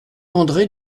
andré